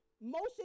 motion